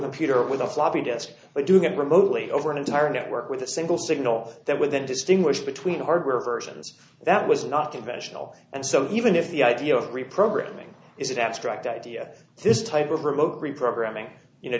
the puter with a floppy disk they do get remotely over an entire network with a single signal that would then distinguish between hardware versions that was not conventional and so even if the idea of reprogramming is an abstract idea this type of remote reprogramming you know